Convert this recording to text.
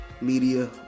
media